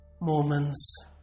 moments